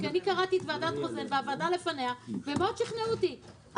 קראתי את דוח ועדת רוזן ואת הוועדה שפעלה לפניה והם מאוד שכנעו אותי.